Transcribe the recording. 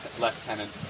lieutenant